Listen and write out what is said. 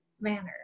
manner